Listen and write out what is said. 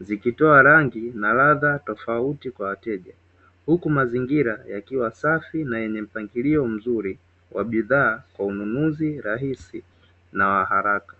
Zikitoa rangi na ladha tofauti kwa wateja, huku mazingira yakiwa safi na yenye mpangilio mzuri wa bidhaa kwa ununuzi rahisi na wa haraka.